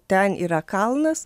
ten yra kalnas